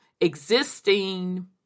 existing